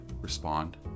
respond